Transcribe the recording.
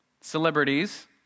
celebrities